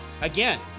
again